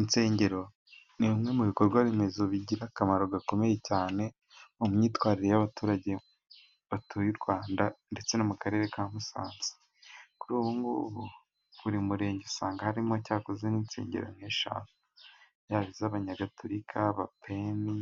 Insengero ni bimwe mu bikorwa remezo, bigira akamaro gakomeye cyane, mu myitwarire y'abaturage batuye u Rwanda ndetse no mu Karere ka Musanze, kuri ubu ngubu buri murenge usanga harimo cyakoze, nk'insengero nk'eshanu zaba iz'abanyagatolika, abapeni